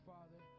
Father